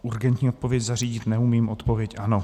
Urgentní odpověď zařídit neumím, odpověď ano.